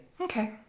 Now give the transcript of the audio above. Okay